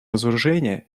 разоружения